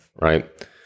Right